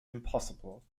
impossible